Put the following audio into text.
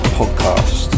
podcast